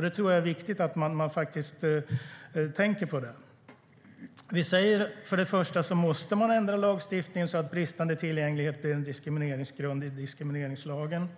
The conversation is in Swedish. Det är viktigt att tänka på. För det första måste man ändra lagstiftningen, så att bristande tillgänglighet blir en diskrimineringsgrund i diskrimineringslagen.